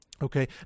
Okay